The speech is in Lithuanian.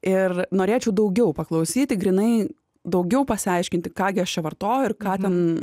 ir norėčiau daugiau paklausyti grynai daugiau pasiaiškinti ką gi aš čia vartoju ir ką ten